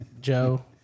joe